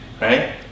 Right